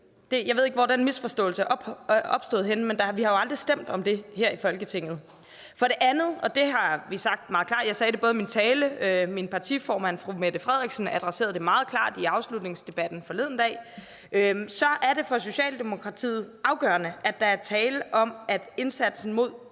Jeg ved ikke, hvor den misforståelse er opstået henne, men vi har jo aldrig stemt om det her i Folketinget. For det andet, og det har vi sagt meget klart – jeg sagde det i min tale, min partiformand, fru Mette Frederiksen, adresserede det meget klart i afslutningsdebatten forleden – er det for Socialdemokratiet afgørende, at der er tale om, at indsatsen mod udenlandske